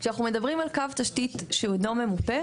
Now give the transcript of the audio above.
כשאנחנו מדברים על קו תשתית שאינו ממופה,